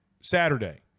Saturday